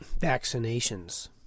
vaccinations